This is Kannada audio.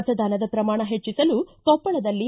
ಮತದಾನ ಪ್ರಮಾಣ ಹೆಚ್ಚಿಸಲು ಕೊಪ್ಪಳದಲ್ಲಿ